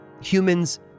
humans